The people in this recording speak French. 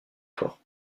fort